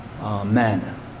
amen